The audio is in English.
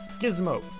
Gizmo